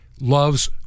loves